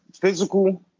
physical